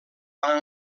van